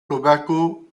tobacco